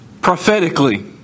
prophetically